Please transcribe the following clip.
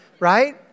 right